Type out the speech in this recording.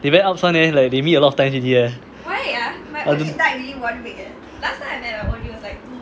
they very ups [one] leh like they meet a lot of times already eh I don't